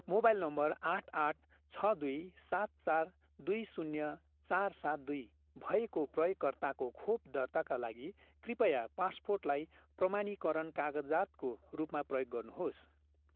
mobile number आठ आठ छ दुई सात चार दुई शून्य चार सात दुई भएको प्रयोगकर्ताको खोप दर्ताका लागि कृपया पासपोर्टलाई प्रमाणीकरण कागजातको रूपमा प्रयोग गर्नुहोस्